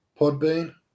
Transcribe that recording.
Podbean